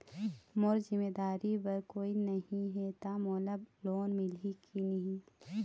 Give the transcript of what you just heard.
मोर जिम्मेदारी बर कोई नहीं हे त मोला लोन मिलही की नहीं?